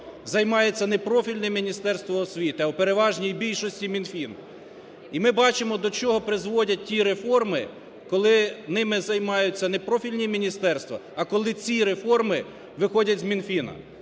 займається не профільне Міністерство освіти, а в переважній більшості Мінфін. І ми бачимо до чого призводять ті реформи, коли ними займаються не профільні міністерства, а коли ці реформи виходять з Мінфіну.